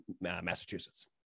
massachusetts